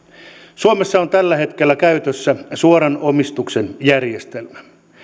suomessa on tällä hetkellä käytössä suoran omistuksen järjestelmä